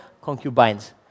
concubines